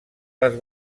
les